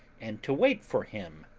and to wait for him,